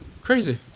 Crazy